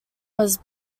was